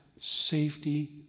safety